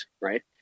right